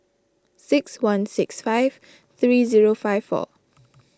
six one six five three zero five four